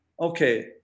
okay